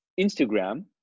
Instagram